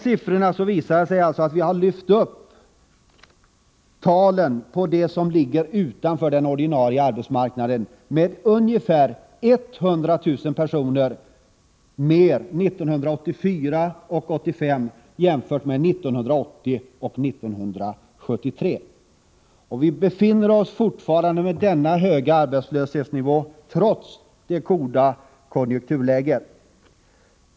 Vi har alltså lyft upp antalet av dem som ligger utanför den ordinarie arbetsmarknaden med 100 000 personer jämfört med åren 1980 och 1973, och vi befinner oss fortfarande på denna höga arbetslöshetsnivå — trots det goda konjunkturläget.